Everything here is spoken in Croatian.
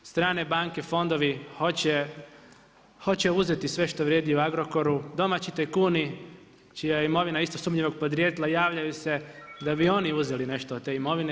Strane, banke fondovi, hoće uzeti sve što vrijedi u Agrokoru, domaći tajkuni, čija je imovina isto sumnjivog podrijetla i javljaju se da bi oni uzeli nešto od te imovine.